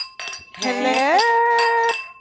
Hello